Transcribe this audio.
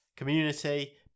Community